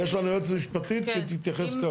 יש לנו יועצת משפטית שהיא תתייחס.